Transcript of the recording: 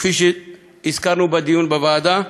כפי שהזכרנו בדיון בוועדה,